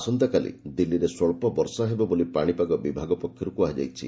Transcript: ଆସନ୍ତାକାଲି ଦିଲ୍ଲୀରେ ସ୍ପଳ୍ପ ବର୍ଷା ହେବ ବୋଲି ପାଣିପାଗ ବିଭାଗ ପକ୍ଷରୁ କୁହାଯାଇଛି